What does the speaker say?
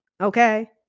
okay